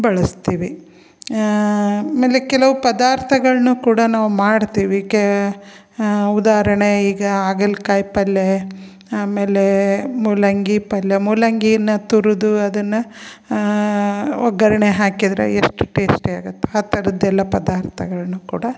ಬಳಸ್ತೀವಿ ಆಮೇಲೆ ಕೆಲವು ಪದಾರ್ಥಗಳನ್ನು ಕೂಡ ನಾವು ಮಾಡ್ತೀವಿ ಕೇ ಉದಾಹರಣೆ ಈಗ ಹಾಗಲ್ ಕಾಯಿ ಪಲ್ಯೆ ಆಮೇಲೆ ಮೂಲಂಗಿ ಪಲ್ಯ ಮೂಲಂಗಿನ ತುರಿದು ಅದನ್ನು ಒಗ್ಗರಣೆ ಹಾಕಿದರೆ ಎಷ್ಟು ಟೇಸ್ಟಿ ಆಗತ್ತೆ ಆ ಥರದೆಲ್ಲ ಪದಾರ್ಥಗಳನ್ನು ಕೂಡ